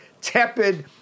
tepid